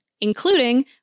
including